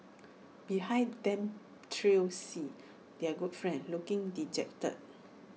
behind them trailed C their good friend looking dejected